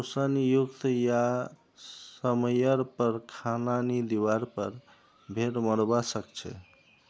पोषण युक्त या समयर पर खाना नी दिवार पर भेड़ मोरवा सकछे